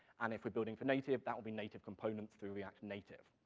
and if we're building for native that will be native components through react native.